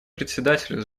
председателю